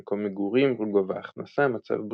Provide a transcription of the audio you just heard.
מקום מגורים, גובה הכנסה, מצב בריאותי,